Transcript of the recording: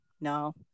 no